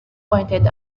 pointed